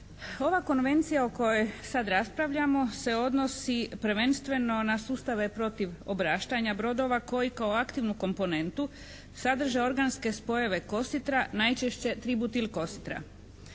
Ova Konvencija o kojoj sad raspravljamo se odnosi prvenstveno na sustave protiv obraštanja brodova koji kao aktivnu komponentu sadrže organske spojeve kositra, najčešće tributil kositra.